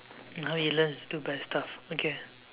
and how he learns to do bad stuff okay